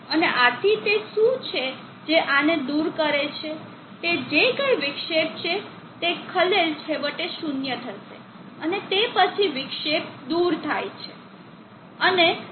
અને આથી તે શું છે જે આને દૂર કરે છે તે જે કંઇ વિક્ષેપ છે તે ખલેલ છેવટે શૂન્ય થશે અને તે પછી વિક્ષેપ દૂર થાય છે